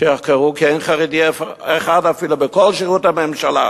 כי אין חרדי אחד אפילו בכל שירות הממשלה.